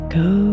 go